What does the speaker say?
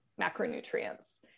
macronutrients